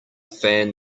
fan